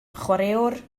chwaraewr